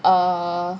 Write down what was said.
err